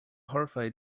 horrified